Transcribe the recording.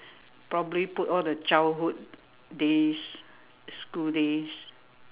probably put all the childhood days school days